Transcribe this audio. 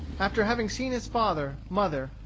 after having seen his father, mother,